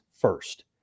first